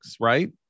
right